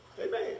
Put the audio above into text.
Amen